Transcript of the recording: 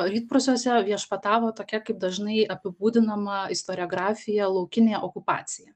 rytprūsiuose viešpatavo tokia kaip dažnai apibūdinama istoriografija laukinė okupacija